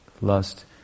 lust